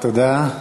תודה.